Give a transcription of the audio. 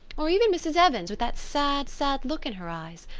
or even mrs. evans, with that sad, sad look in her eyes?